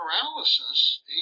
paralysis